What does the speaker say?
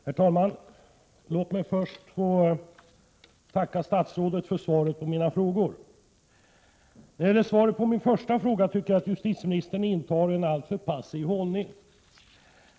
Herr talman! Låt mig först få tacka statsrådet för svaret på mina frågor. När det gäller svaret på min första fråga tycker jag att justitieministern intar en alltför passiv hållning.